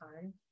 time